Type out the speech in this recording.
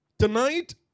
Tonight